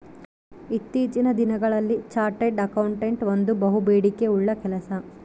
ಇತ್ತೀಚಿನ ದಿನಗಳಲ್ಲಿ chartered accountant ಒಂದು ಬಹುಬೇಡಿಕೆ ಉಳ್ಳ ಕೆಲಸ